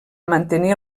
mantenir